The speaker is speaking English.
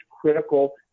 critical